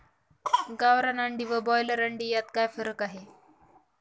गावरान अंडी व ब्रॉयलर अंडी यात काय फरक आहे?